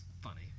funny